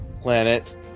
planet